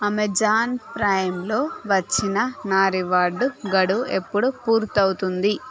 Amazon ప్రైమ్లో వచ్చిన నా రివార్డు గడువు ఎప్పుడు పూర్తవుతుంది